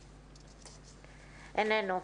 איננו.